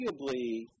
arguably